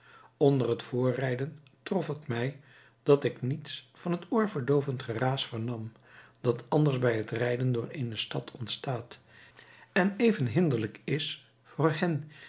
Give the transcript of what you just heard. onder het voortrijden trof het mij dat ik niets van het oorverdoovend geraas vernam dat anders bij het rijden door eene stad ontstaat en even hinderlijk is voor hen